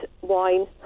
wine